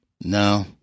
No